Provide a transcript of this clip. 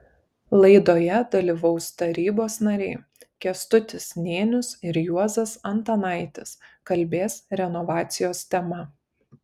laidoje dalyvaus tarybos nariai kęstutis nėnius ir juozas antanaitis kalbės renovacijos tema